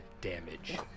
damage